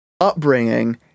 upbringing